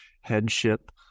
headship